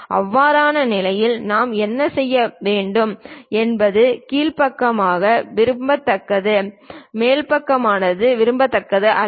அவ்வாறான நிலையில் நாம் என்ன செய்வோம் என்பது கீழ் பக்கமானது விரும்பத்தக்கது மேல் பக்கமானது விரும்பத்தக்கது அல்ல